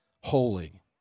holy